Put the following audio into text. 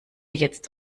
jetzt